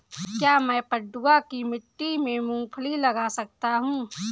क्या मैं पडुआ की मिट्टी में मूँगफली लगा सकता हूँ?